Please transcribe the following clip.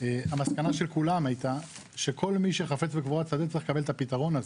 המסקנה של כולם הייתה שכל מי שחפץ בקבורה שדה צריך לקבל את הפתרון הזה,